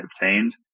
obtained